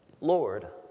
Lord